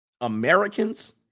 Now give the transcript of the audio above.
Americans